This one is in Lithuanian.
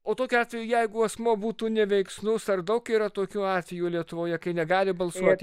o tokiu atveju jeigu asmuo būtų neveiksnus ar daug yra tokių atvejų lietuvoje kai negali balsuoti